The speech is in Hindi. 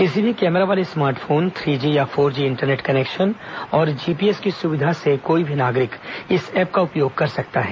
किसी भी कैमरा वाले स्मार्टफोन थ्री जी या फोर जी इंटरनेट कनेक्शन और जीपीएस की सुविधा से कोई भी नागरिक इस एप का उपयोग कर सकता है